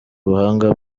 ubuhanga